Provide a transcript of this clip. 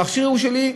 המכשיר הוא שלי.